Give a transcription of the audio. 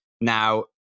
Now